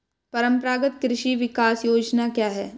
परंपरागत कृषि विकास योजना क्या है?